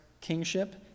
kingship